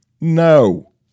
No